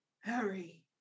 Harry